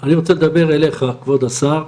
אני רוצה לדבר אליך, כבוד השר.